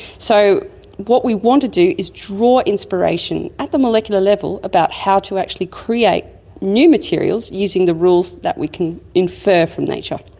so what we want to do is draw inspiration at the molecular level about how to actually create new materials using the rules that we can infer from nature.